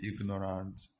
ignorant